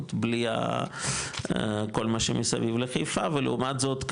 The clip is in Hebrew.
עוד בלי כל מה שמסביב לחיפה ולעומת זאת,